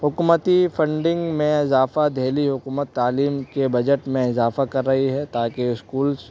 حکومتی فنڈنگ میں اضافہ دہلی حکومت تعلیم کے بجٹ میں اضافہ کر رہی ہے تاکہ اسکولز